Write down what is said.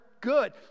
good